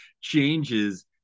changes